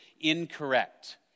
incorrect